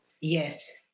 Yes